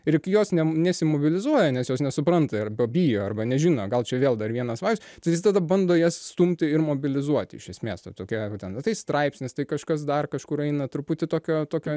ir juk jos ne nesimobilizuoja nes jos nesupranta arba bijo arba nežino gal čia vėl dar vienas vajus tai jis tada bando jas stumti ir mobilizuoti iš esmės tai tokia va tai straipsnis tai kažkas dar kažkur eina truputį tokio tokio